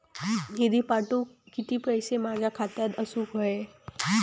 निधी पाठवुक किती पैशे माझ्या खात्यात असुक व्हाये?